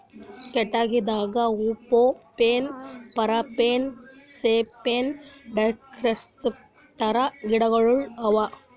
ಕಟ್ಟಗಿದಾಗ hoop pine, Parana pine, cypress, Douglas ಥರದ್ ಗಿಡಗೋಳು ಅವಾ